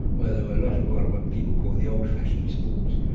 well, there were a lot of what of what people call the old-fashioned sports.